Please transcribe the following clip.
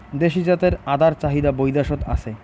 দেশী জাতের আদার চাহিদা বৈদ্যাশত আছে